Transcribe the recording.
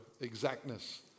exactness